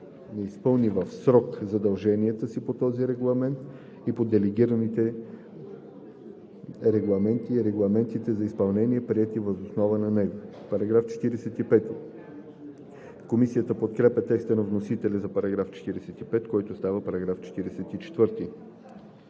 не изпълни в срок задълженията си по този регламент и по делегираните регламенти и регламентите за изпълнение, приети въз основа на него.“ Комисията подкрепя текста на вносителя за § 45, който става § 44.